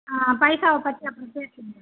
ஆ பைசாவை பற்றி அப்புறம் பேசிக்கலாம்